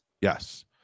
Yes